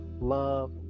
love